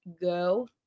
go